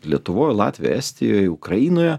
lietuvoj latvijoj estijoj ukrainoje